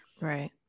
Right